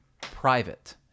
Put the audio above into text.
private